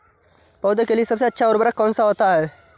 पौधे के लिए सबसे अच्छा उर्वरक कौन सा होता है?